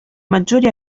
maggiori